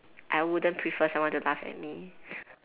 I wouldn't prefer someone to laugh at me